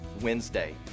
Wednesday